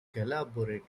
collaborate